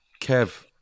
Kev